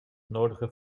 nodigen